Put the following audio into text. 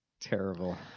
terrible